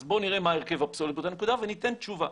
אז בוא נראה מה הרכב הפסולת באותה נקודה וניתן תשובה.